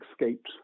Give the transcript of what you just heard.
escaped